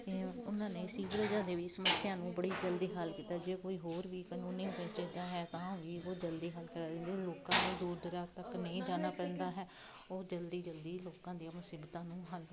ਉਹਨਾਂ ਨੇ ਸੀਵਰੇਜਾਂ ਦੇ ਵੀ ਸਮੱਸਿਆ ਨੂੰ ਬੜੀ ਜਲਦੀ ਹੱਲ ਕੀਤਾ ਜੇ ਕੋਈ ਹੋਰ ਵੀ ਹੈ ਤਾਂ ਵੀ ਉਹ ਜਲਦੀ ਹੱਲ ਕਰ ਦਿੰਦੀ ਲੋਕਾਂ ਨੂੰ ਦੂਰ ਦਰਾਜ ਤੱਕ ਨਹੀਂ ਜਾਣਾ ਪੈਂਦਾ ਹੈ ਉਹ ਜਲਦੀ ਜਲਦੀ ਲੋਕਾਂ ਦੀਆਂ ਮੁਸੀਬਤਾਂ ਨੂੰ ਹੱਲ